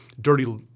dirty